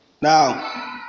Now